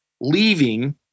leaving